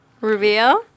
reveal